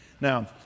Now